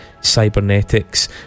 Cybernetics